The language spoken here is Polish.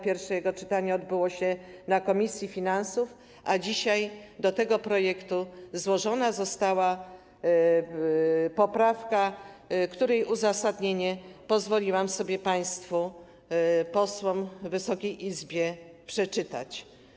Pierwsze jego czytanie odbyło się na posiedzeniu komisji finansów, a dzisiaj do tego projektu złożona została poprawka, której uzasadnienie pozwoliłam sobie państwu posłom, Wysokiej Izbie, przeczytać.